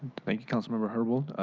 thank you council member herbold.